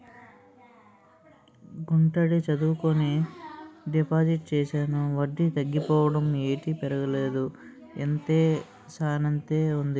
గుంటడి చదువుకని డిపాజిట్ చేశాను వడ్డీ తగ్గిపోవడం ఏటి పెరగలేదు ఎంతేసానంతే ఉంది